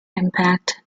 impact